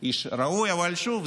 איש ראוי, אבל שוב,